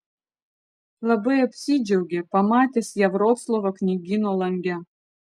labai apsidžiaugė pamatęs ją vroclavo knygyno lange